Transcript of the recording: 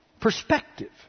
perspective